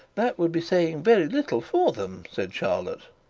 that would be saying very little for them said charlotte.